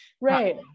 Right